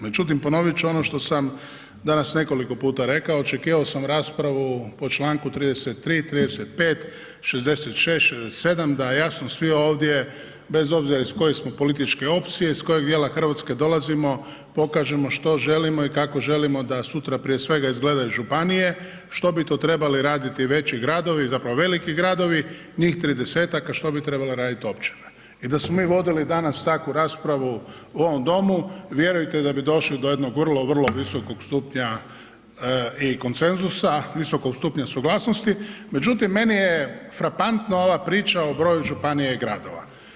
Međutim, ponovit ću ono što sam danas nekoliko puta rekao, očekivao sam raspravu o Članku 33., 35., 66., 67., da jasno svi ovdje bez obzira iz koje smo političke opcije, iz kojeg dijela Hrvatske dolazimo, pokažemo što želimo i kako želimo da sutra prije svega izgledaju županije, što bi to trebali raditi veći gradovi, zapravo veliki gradovi, njih 30-ak a što bi trebala raditi općina i da smo mi vodili danas takvu raspravu u ovom domu, vjerujte da bi došli do jednog vrlo, vrlo visokog stupnja i konsenzusa, visokog stupnja suglasnosti međutim meni je frapantno ova priča o broju županija i gradova.